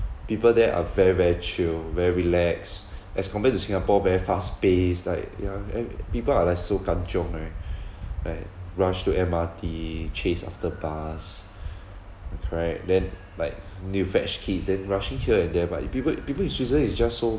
people there are very very chill very relaxed as compared to singapore very fast paced like yeah and people are like so kan cheong right like rush to M_R_T chase after bus correct right then like need to fetch kids then rushing here and there but in people people in switzerland is just so